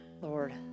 Lord